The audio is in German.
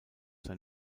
sein